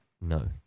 No